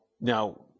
now